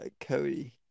cody